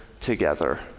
together